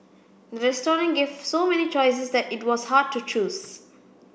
the restaurant gave so many choices that it was hard to choose